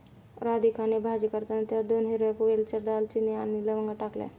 राधिकाने भाजी करताना त्यात दोन हिरव्या वेलच्या, दालचिनी आणि लवंगा टाकल्या